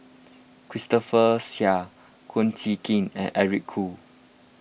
Christopher Chia Kum Chee Kin and Eric Khoo